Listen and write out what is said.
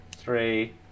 Three